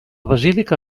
basílica